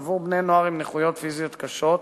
עבור בני-נוער עם נכויות פיזיות קשות: